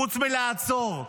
חוץ מלעצור,